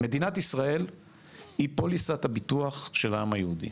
שמדינת ישראל היא פוליסת הביטוח של העם היהודי.